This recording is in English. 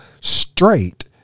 straight